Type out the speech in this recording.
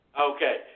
Okay